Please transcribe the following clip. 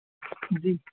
जी